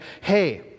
hey